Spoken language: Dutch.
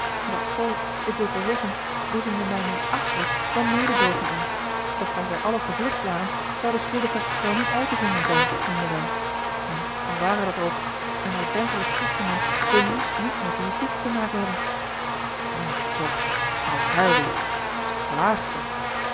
dat volk ik wil t wel zeggen boezemde mij meer afschrik dan mededoogen in doch daar zij allen gevlucht waren zou de schuldige wel niet uit te vinden zijn meenden wij en al ware dat ook een ordentelijk christenmensch wil liefst niet met de justitie te maken hebben maar toch vrouw heilwich als